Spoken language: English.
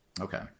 Okay